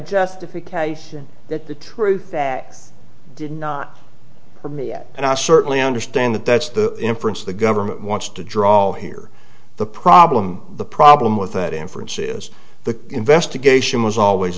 justification that the truth that did not for me and i certainly understand that that's the inference the government wants to draw here the problem the problem with that inference is the investigation was always